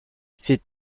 ses